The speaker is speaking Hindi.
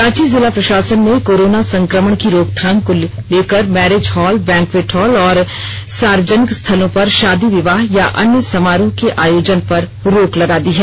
रांची जिला प्रशासन ने कोरोना संक्रमण की रोकथाम के लिए मैरेज हॉल वैंक्वेट हॉल और सार्वजनिक स्थलों पर शादी विवाह या अन्य समारोह के आयोजन पर रोक लगा दी है